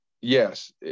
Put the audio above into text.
Yes